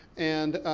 and